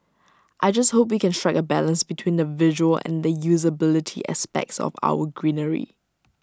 I just hope we can strike A balance between the visual and the usability aspects of our greenery